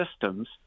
systems